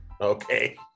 Okay